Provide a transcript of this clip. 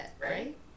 right